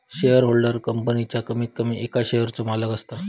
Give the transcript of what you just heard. shareholder कंपनीच्या कमीत कमी एका शेयरचो मालक असता